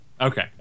Okay